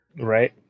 Right